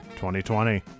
2020